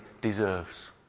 deserves